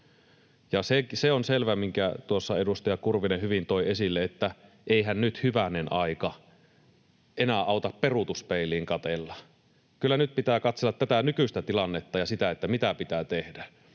se on selvä, minkä tuossa edustaja Kurvinen hyvin toi esille, että eihän nyt, hyvänen aika, enää auta peruutuspeiliin katsella. Kyllä nyt pitää katsella tätä nykyistä tilannetta ja sitä, mitä pitää tehdä.